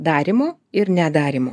darymo ir nedarymo